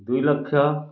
ଦୁଇ ଲକ୍ଷ